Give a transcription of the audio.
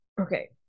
Okay